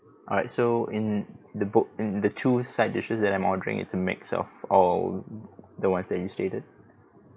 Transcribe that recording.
alright so in the book in the two side dishes that I'm ordering it's a mix of all the ones that you stated